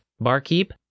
Barkeep